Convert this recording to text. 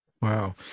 Wow